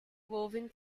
woven